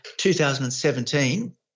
2017